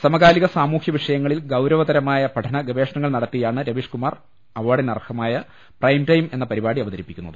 സമകാലിക സാമൂഹ്യ വിഷ യങ്ങളിൽ ഗൌരവതരമായ പഠന ഗവേഷണങ്ങൾ നടത്തിയാണ് രവീഷ് കുമാർ അവാർഡിന് അർഹമായ പ്രൈം ടൈം എന്ന പരിപാടി അവതരിപ്പിക്കുന്നത്